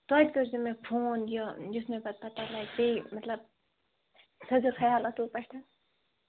توتہِ کٔرۍ زٮ۪و تُہۍ مےٚ فون یُتھ مےٚ پتہٕ پتَہ لَگہِ بییہِ مَطلب تھٲیِزٮ۪و خَیال اَصٕل پٲٹھۍ